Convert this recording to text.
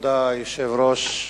כבוד היושב-ראש,